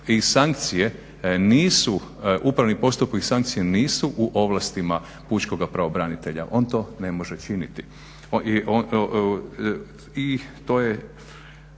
i sankcije nisu, upravni postupak koji sankcije nisu u ovlastima pučkog pravobranitelja, on to ne može činiti. I to je,